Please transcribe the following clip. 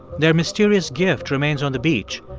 their mysterious gift remains on the beach,